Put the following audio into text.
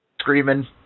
screaming